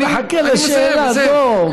אני מחכה לשאלה, דב.